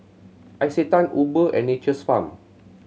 Isetan Uber and Nature's Farm